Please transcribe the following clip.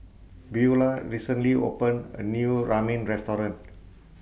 Buelah recently opened A New Ramen Restaurant